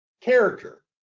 character